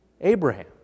Abraham